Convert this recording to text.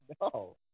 No